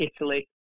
Italy